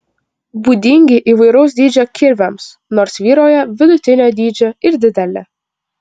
būdingi įvairaus dydžio kirviams nors vyrauja vidutinio dydžio ir dideli